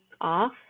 off